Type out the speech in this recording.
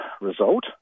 result